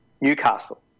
Newcastle